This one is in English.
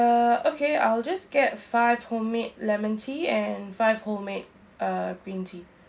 uh okay I'll just get five homemade lemon tea and five homemade uh green tea